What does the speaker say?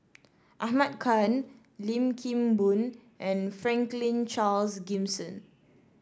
Ahmad Khan Lim Kim Boon and Franklin Charles Gimson